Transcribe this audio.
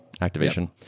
activation